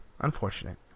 Unfortunate